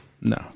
No